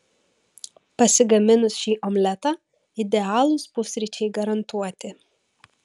pasigaminus šį omletą idealūs pusryčiai garantuoti